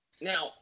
now